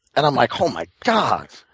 and i'm like, oh my god.